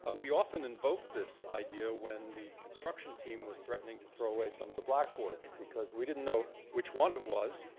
ah we often invoke this idea when the construction team was threatening to throw away some of the blackboard, because we didn't know which one it was.